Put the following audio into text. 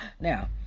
now